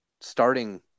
starting